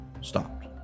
stopped